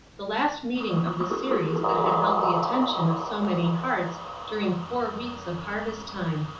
the last meeting of the series that had held the attention of so many hearts during four weeks of harvest time.